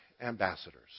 ambassadors